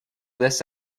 this